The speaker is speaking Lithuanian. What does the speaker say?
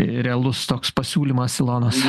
realus toks pasiūlymas ilonos